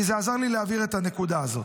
כי זה עזר לי להבהיר את הנקודה הזאת.